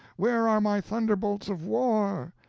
where are my thunderbolts of war?